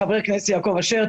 לחבר הכנסת יעקב אשר,